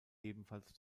ebenfalls